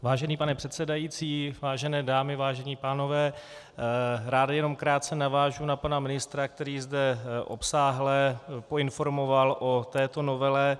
Vážený pane předsedající, vážené dámy, vážení pánové, rád jenom krátce navážu na pana ministra, který zde obsáhle poinformoval o této novele.